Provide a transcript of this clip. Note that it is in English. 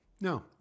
no